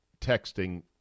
texting